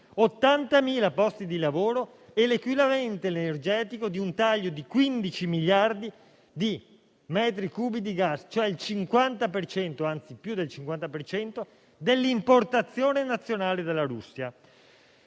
80.000 posti di lavoro e l'equivalente energetico di un taglio di 15 miliardi di metri cubi di gas, e cioè più del 50 per cento dell'importazione nazionale dalla Russia.